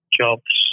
jobs